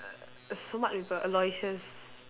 err smart people Aloysius